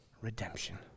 redemption